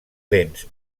lents